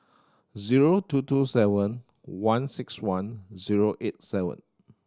zero two two seven one six one zero eight seven